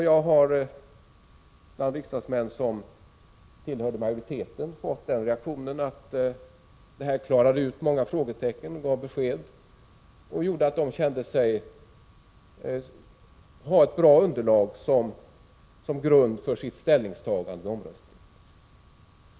Jag har bland riksdagsmän som tillhör majoriteten fått den reaktionen att betänkandet klarade ut många frågetecken och gav sådana besked att de kände att de hade ett bra underlag som grund för sitt ställningstagande vid omröstningen.